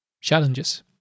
challenges